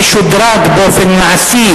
לאחרונה זה שודרג באופן מעשי